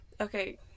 Okay